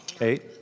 Eight